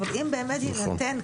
אבל אם באמת יינתן,